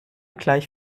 gleich